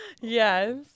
yes